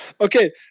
Okay